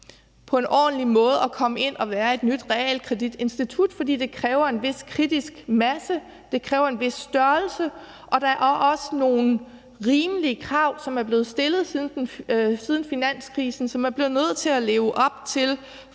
på en ordentlig måde at komme ind og være et nyt realkreditinstitut, fordi det kræver en vis kritisk masse. Det kræver en vis størrelse, og der er også nogle rimelige krav, som er blevet stillet siden finanskrisen, som man bliver nødt til at leve op til for at